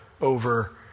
over